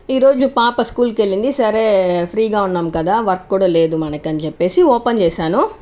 ఈరోజు పాప స్కూల్ కి వెళ్ళింది సరే ఫ్రీ గా ఉన్నాం కదా వర్క్ కూడా లేదు మనకని చెప్పేసి ఓపెన్ చేశాను